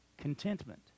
contentment